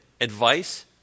advice